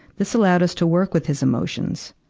this allowed us to work with his emotions.